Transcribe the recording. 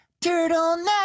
turtleneck